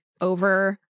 over